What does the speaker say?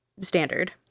standard